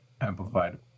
Amplified